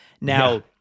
Now